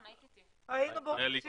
היינו באותו סיור.